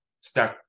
start